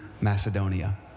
Macedonia